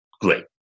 great